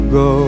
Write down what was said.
go